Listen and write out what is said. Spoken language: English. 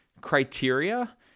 criteria